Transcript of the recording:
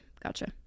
gotcha